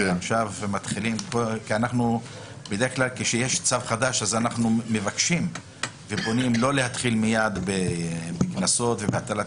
בדרך כלל כשיש צו חדש אנחנו מבקשים לא להתחיל מייד בהטלת